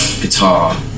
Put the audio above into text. guitar